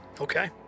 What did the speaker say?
Okay